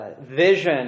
vision